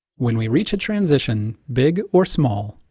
when we reach a transition, big or small,